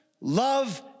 love